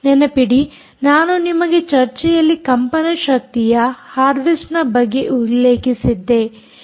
ನೆನಪಿಡಿ ನಾನು ನಿಮಗೆ ಚರ್ಚೆಯಲ್ಲಿ ಕಂಪನ ಶಕ್ತಿಯ ಹಾರ್ವೆಸ್ಟ್ನ ಬಗ್ಗೆ ಉಲ್ಲೇಖಿಸಿದ್ದೆ